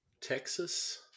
Texas